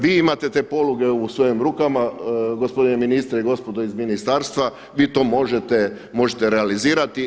Vi imate te poluge u svojim rukama, gospodine ministre i gospodo iz ministarstva, vi to možete, možete realizirati.